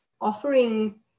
offering